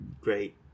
great